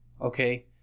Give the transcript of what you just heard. okay